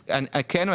אז כן,